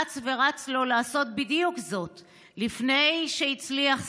אץ ורץ לו לעשות בדיוק זאת לפני שהצליח,